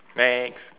next